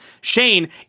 Shane